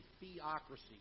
theocracy